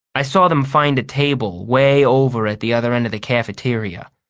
i saw them find a table way over at the other end of the cafeteria.